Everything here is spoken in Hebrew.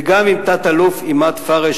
וגם עם תת-אלוף עימאד פארס,